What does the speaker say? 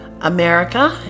America